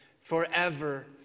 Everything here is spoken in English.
forever